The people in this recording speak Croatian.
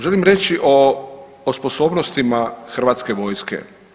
Želim reći o sposobnostima hrvatske vojske.